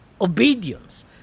obedience